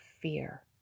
fear